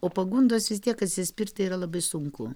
o pagundos vis tiek atsispirti yra labai sunku